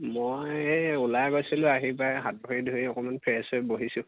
মই এই ওলাই গৈছিলোঁ আহি পাই হাত ভৰি ধুই অকণমান ফ্ৰেছ হৈ বহিছোঁ